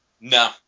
no